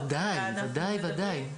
ודאי,